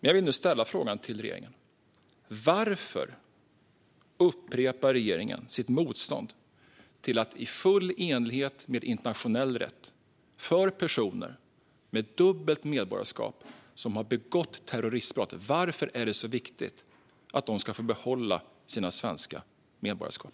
Jag vill nu ställa en fråga till regeringen: Varför upprepar regeringen sitt motstånd till att i full enlighet med internationell rätt införa detta för personer med dubbelt medborgarskap som har begått terroristbrott? Varför är det så viktigt att de får behålla sitt svenska medborgarskap?